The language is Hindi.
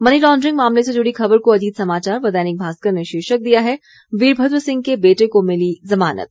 मनी लांड्रिंग मामले से जुड़ी खबर को अजीत समाचार व दैनिक भास्कर ने शीर्षक दिया है वीरभद्र सिंह के बेटे को मिली जमानत